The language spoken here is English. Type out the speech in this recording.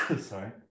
Sorry